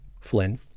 Flynn